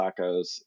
tacos